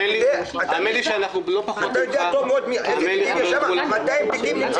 אתה יודע בדיוק כמה תיקים יש שם.